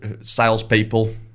Salespeople